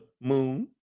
moon